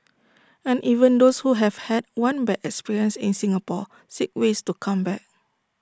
and even those who have had one bad experience in Singapore seek ways to come back